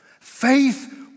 Faith